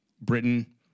Britain